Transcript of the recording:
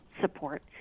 support